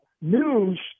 news